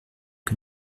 que